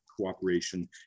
Cooperation